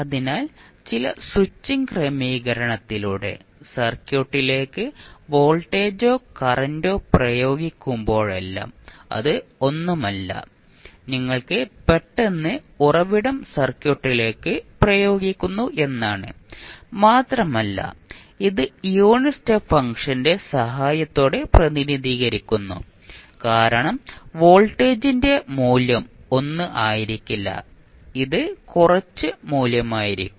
അതിനാൽ ചില സ്വിച്ചിംഗ് ക്രമീകരണത്തിലൂടെ സർക്യൂട്ടിലേക്ക് വോൾട്ടേജോ കറന്റോ പ്രയോഗിക്കുമ്പോഴെല്ലാം അത് ഒന്നുമല്ല നിങ്ങൾ പെട്ടെന്ന് ഉറവിടം സർക്യൂട്ടിലേക്ക് പ്രയോഗിക്കുന്നു എന്നാണ് മാത്രമല്ല ഇത് യൂണിറ്റ് സ്റ്റെപ്പ് ഫംഗ്ഷന്റെ സഹായത്തോടെ പ്രതിനിധീകരിക്കുന്നു കാരണം വോൾട്ടേജിന്റെ മൂല്യം 1 ആയിരിക്കില്ല ഇത് കുറച്ച് മൂല്യമായിരിക്കും